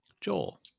Joel